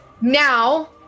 Now